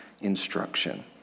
instruction